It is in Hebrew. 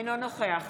אינו נוכח